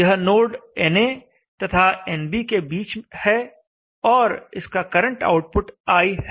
यह node na तथा nb के बीच है और इसका करंट आउटपुट i है